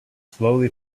slowly